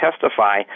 testify